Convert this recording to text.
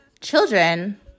children